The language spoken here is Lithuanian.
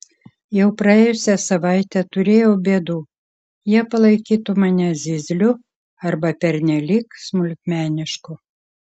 jau praėjusią savaitę turėjau bėdų jie palaikytų mane zyzliu arba pernelyg smulkmenišku